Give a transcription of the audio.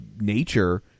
nature